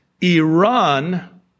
Iran